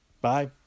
bye